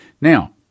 Now